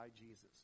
Jesus